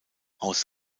aus